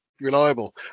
reliable